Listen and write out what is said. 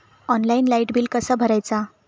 Online light bill कसा भरायचा?